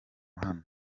hano